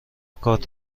کارت